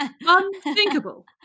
unthinkable